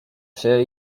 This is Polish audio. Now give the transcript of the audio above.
się